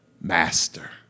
master